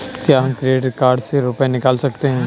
क्या हम credit card से रुपये निकाल सकते हैं?